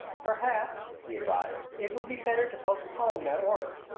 perhaps, he advised, it would be better to postpone that order.